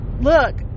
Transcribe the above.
look